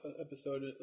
episode